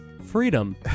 freedom